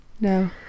no